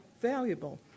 valuable